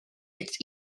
its